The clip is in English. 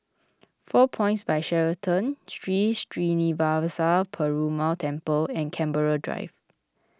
four Points By Sheraton Sri Srinivasa Perumal Temple and Canberra Drive